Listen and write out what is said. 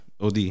Od